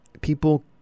People